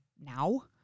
now